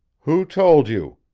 who told you?